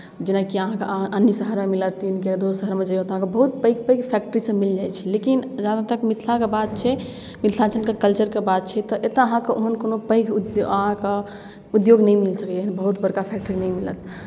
जेनाकि अहाँके अन्य शहरमे मिलत किएकि दोसर शहरमे अहाँ जैयौ तऽ बहुत पैघ पैघ फैक्ट्रीसभ मिल जाइ छै लेकिन जहाँतक मिथिलाके बात छै मिथिलाञ्चलके कल्चरके बात छै तऽ एतय अहाँकेँ ओहन कोनो पैघ उद्योग अहाँकेँ उद्योग नहि मिल सकैए एहन बहुत बड़का फैक्ट्री नहि मिलत